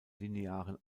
linearen